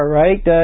right